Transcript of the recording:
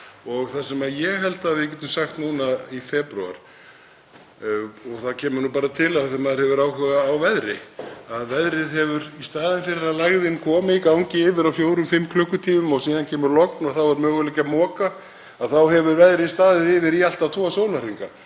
Það sem ég held að við getum sagt núna í febrúar, og það kemur nú bara til af því að maður hefur áhuga á veðri, að í staðinn fyrir að lægðin komi og gangi yfir á fjórum, fimm klukkutímum og síðan kemur logn og þá er möguleiki að moka, þá hefur veðrið staðið yfir í allt að tvo sólarhringa